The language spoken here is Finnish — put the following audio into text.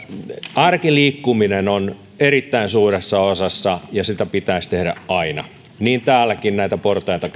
arkiliikkuminen on erittäin suuressa osassa ja sitä pitäisi tehdä aina niin täälläkin näitä portaita